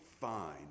fine